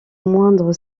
moindre